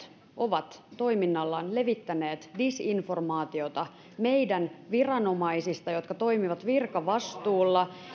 ovat toiminnallaan levittäneet disinformaatiota meidän viranomaisistamme jotka toimivat virkavastuulla